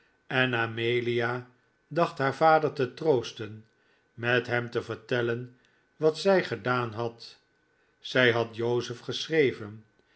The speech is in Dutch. en amelia dacht haar vader te troosten met hem te vertellen wat zij gedaan had zij had joseph geschreven